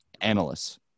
analysts